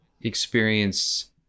experience